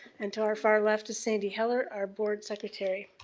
and to our far left is sandy heller, our board secretary.